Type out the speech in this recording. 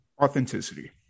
Authenticity